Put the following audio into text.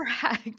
Correct